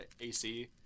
ac